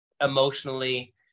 emotionally